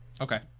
okay